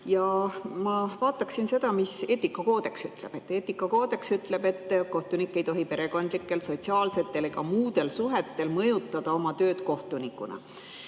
Ma vaataksin seda, mis eetikakoodeks ütleb. Eetikakoodeks ütleb, et kohtunik ei tohi perekondlikel, sotsiaalsetel ega muudel suhetel [lasta] mõjutada oma tööd kohtunikuna.